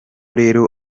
rero